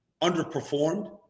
underperformed